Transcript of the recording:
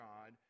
God